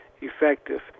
effective